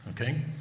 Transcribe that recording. okay